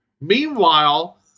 Meanwhile